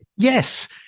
Yes